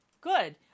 Good